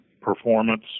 performance